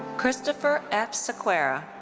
christopher f. sequeira.